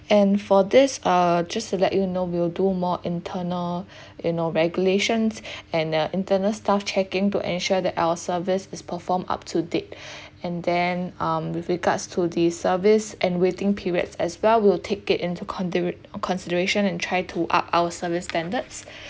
and for this err just to let you know we'll do more internal you know regulations and uh internal staff checking to ensure that our service is performed up to date and then um with regards to the service and waiting periods as well we'll take it into condire~ consideration and try to up our service standards